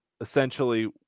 essentially